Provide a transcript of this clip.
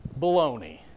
Baloney